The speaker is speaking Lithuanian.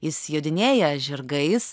jis jodinėja žirgais